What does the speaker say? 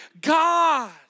God